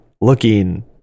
looking